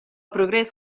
progrés